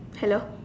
hello